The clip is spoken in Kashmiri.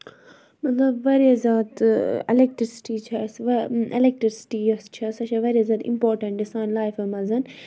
مطلب واریاہ زیادٕ اَلیکٹرسِٹی چھےٚ اَسہِ اَلیکٹرسِٹی یۄس چھےٚ سۄ چھےٚ واریاہ زیادٕ اِمپاٹَنٹ سانہِ لایفہِ مَنٛز